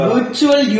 Virtual